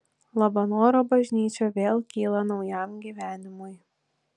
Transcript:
labanoro bažnyčia vėl kyla naujam gyvenimui